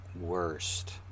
worst